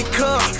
come